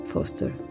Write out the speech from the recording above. Foster